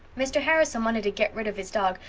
mr. harrison wanted to get rid of his dog.